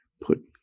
put